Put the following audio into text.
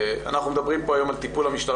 אנחנו מדברים היום על טיפול הממשלה